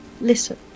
Listen